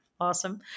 Awesome